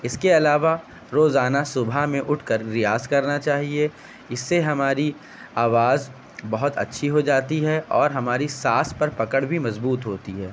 اس کے علاوہ روزانہ صبح میں اٹھ کر ریاض کرنا چاہیے اس سے ہماری آواز بہت اچھی ہو جاتی ہے اور ہماری سانس پر پکڑ بھی مضبوط ہوتی ہے